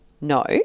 No